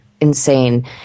insane